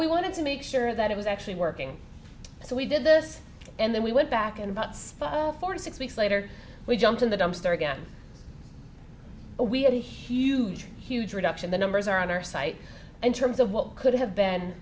we wanted to make sure that it was actually working so we did this and then we went back and about spot for six weeks later we jumped in the dumpster again but we had a huge huge reduction the numbers are on our site and terms of what could have been